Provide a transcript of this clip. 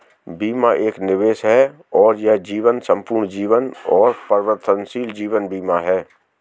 बीमा एक निवेश है और यह जीवन, संपूर्ण जीवन और परिवर्तनशील जीवन बीमा है